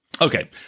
Okay